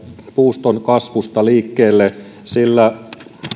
puuston kasvusta liikkeelle sillä